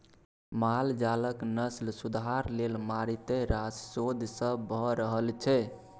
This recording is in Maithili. माल जालक नस्ल सुधार लेल मारिते रास शोध सब भ रहल छै